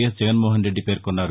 yes Jaganmohan Reddy పేర్కొన్నారు